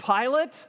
Pilate